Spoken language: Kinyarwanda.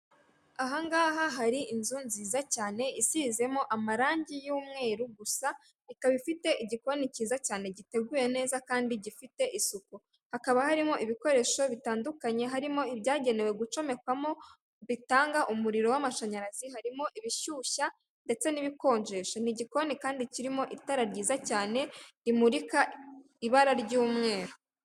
Ahangaha hari inzu nziza cyane isizemo amarangi y'umweru gusa ikaba ifite igikoni cyiza cyane giteguye neza kandi gifite isuku hakaba harimo ibikoresho bitandukanye harimo ibyagenewe gucomekwamo bitanga umuriro w'amashanyarazi harimo ibishyushya ndetse n'ibikonjesha ni'igikoni kandi kirimo itara ryiza cyane rimurika ibara ry'umweru.